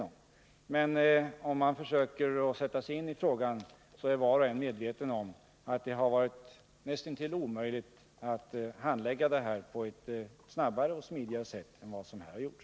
Om man försöker sätta sig in i frågan, bör dock var och en vara medveten om att det har varit näst intill omöjligt att handlägga den här frågan på ett snabbare och smidigare sätt än vad som här har gjorts.